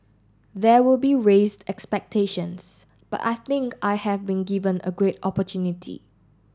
there will be raised expectations but I think I have been given a great opportunity